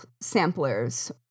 samplers